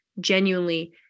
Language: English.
genuinely